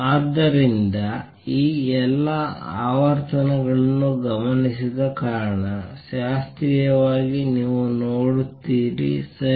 ಆದ್ದರಿಂದ ಈ ಎಲ್ಲಾ ಆವರ್ತನಗಳನ್ನು ಗಮನಿಸಿದ ಕಾರಣ ಶಾಸ್ತ್ರೀಯವಾಗಿ ನೀವು ನೋಡುತ್ತೀರಿ ಸರಿ